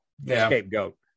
Scapegoat